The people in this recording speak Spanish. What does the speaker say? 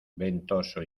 ventoso